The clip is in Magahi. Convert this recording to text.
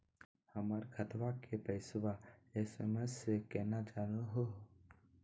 हमर खतवा के पैसवा एस.एम.एस स केना जानहु हो?